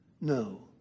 No